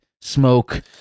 smoke